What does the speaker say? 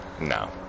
no